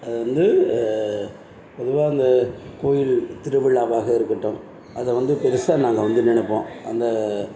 அது வந்து பொதுவாக அந்த கோயில் திருவிழாவாக இருக்கட்டும் அதை வந்து பெருசாக நாங்கள் வந்து நினைப்போம் அந்த